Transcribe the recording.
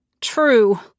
True